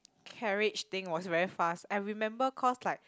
carriage thing was very fast I remember cause like